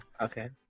okay